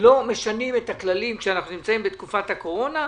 לא משנים את הכללים כשאנחנו נמצאים בתקופת הקורונה,